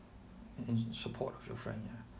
in support of your friend ya